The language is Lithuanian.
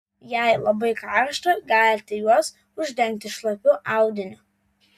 jei labai karšta galite juos uždengti šlapiu audiniu